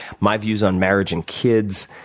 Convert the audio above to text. my views on marriage and kids,